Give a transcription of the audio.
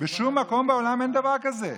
בשום מקום בעולם אין דבר כזה.